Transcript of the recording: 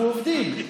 אנחנו עובדים,